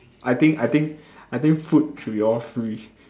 I think I think I think food should be all free